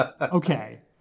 Okay